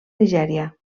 nigèria